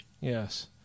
Yes